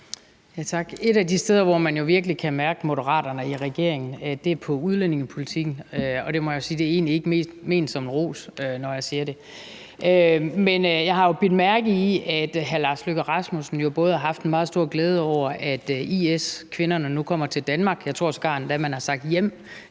Et af de steder, hvor man jo virkelig kan mærke Moderaterne i regeringen, er i udlændingepolitikken, og det er egentlig ikke ment som en ros, når jeg siger det. Men jeg har bidt mærke i, at hr. Lars Løkke Rasmussen både har haft en meget stor glæde over, at IS-kvinderne nu kommer til Danmark – jeg tror sågar, man har sagt,